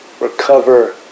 recover